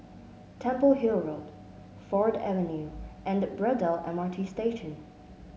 Temple Hill Road Ford Avenue and Braddell M R T Station